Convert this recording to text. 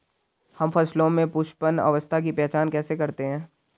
हम फसलों में पुष्पन अवस्था की पहचान कैसे करते हैं?